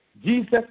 Jesus